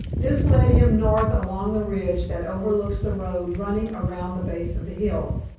this led him north along the ridge that overlooks the road running around the base of the hill.